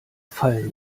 fallen